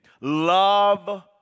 Love